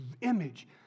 image